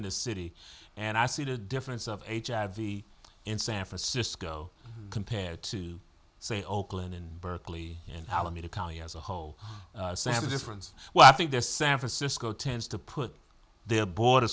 in a city and i see the difference of hiv in san francisco compared to say oakland in berkeley and alameda county as a whole sense of difference well i think there san francisco tends to put their border